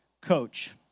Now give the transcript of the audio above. coach